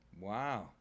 Wow